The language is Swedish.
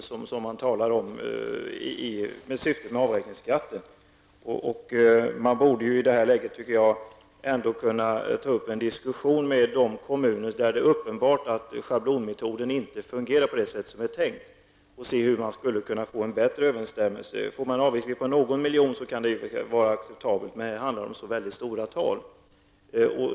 den neutralitet som skall vara syftet med avräkningsskatten. I detta läge, när inte schablonmetoden fungerar på det sätt som är tänkt, borde man kunna ta upp en diskussion med kommunen för att se hur man skall kunna få en bättre överensstämmelse. Får man en avvikelse på någon miljon kan detta vara acceptabelt men här handlar det om så väldigt stora tal.